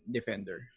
Defender